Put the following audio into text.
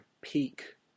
peak